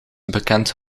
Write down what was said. bekend